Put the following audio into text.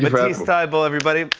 but matisse thybulle, everybody.